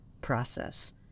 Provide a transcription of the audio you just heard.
process